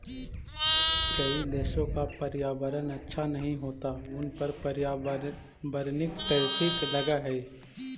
कई देशों का पर्यावरण अच्छा नहीं होता उन पर पर्यावरणिक टैरिफ लगअ हई